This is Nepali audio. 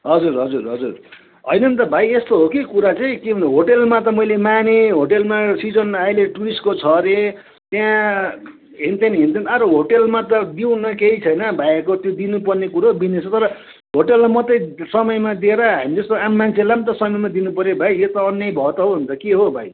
हजुर हजुर हजुर होइन नि त भाइ यस्तो हो कि कुरा चाहिँ के भने होटेलमा त मैले माने होटेलमा सिजनमा अहिले टुरिस्टको छ अरे त्यहाँ हिँड्छन् हिँड्छन् अरे होटेलमा त देऊ न केही छैन भाइहरूको त्यो दिनुपर्ने कुरो बिजनेसको र होटेलमा मात्रै समयमा दिएर हामी जस्तो आम मान्छेलाई पनि त समयमा दिनुपर्यो भाइ यो त अन्याय भयो त हौ अन्त के हो भाइ